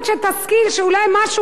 שאולי משהו יעשה לך,